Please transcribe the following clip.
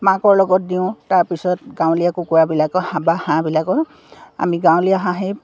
মাকৰ লগত দিওঁ তাৰপিছত গাঁৱলীয়া কুকুৰাবিলাকৰ হাবা হাঁহবিলাকৰ আমি গাঁৱলীয়া হাঁহেই